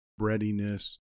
breadiness